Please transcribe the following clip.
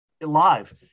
live